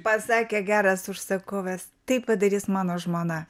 pasakė geras užsakovas tai padarys mano žmona